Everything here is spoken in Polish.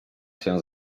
się